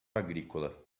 agrícola